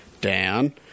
Dan